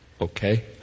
Okay